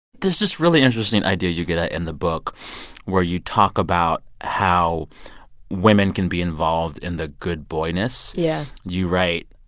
there's this really interesting idea you get at ah in the book where you talk about how women can be involved in the good boy-ness yeah you write,